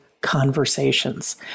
conversations